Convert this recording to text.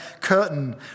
curtain